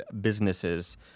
businesses